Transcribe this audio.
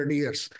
years